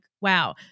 wow